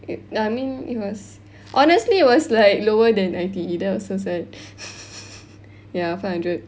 it I mean it was honestly it was like lower than I_T_E that was so sad ya five hundred